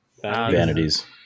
vanities